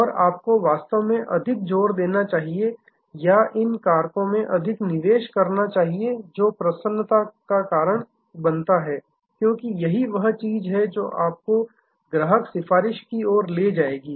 और आपको वास्तव में अधिक जोर देना चाहिए या इन कारकों में अधिक निवेश करना चाहिए जो प्रसन्नता का कारण बनता है क्योंकि यही वह चीज है जो आपको ग्राहक सिफारिश की ओर ले जाएगी